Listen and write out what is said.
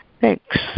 thanks